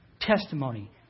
testimony